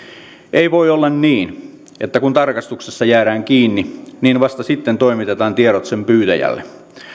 ei voi olla niin että kun tarkastuksessa jäädään kiinni niin vasta sitten toimitetaan tiedot niiden pyytäjälle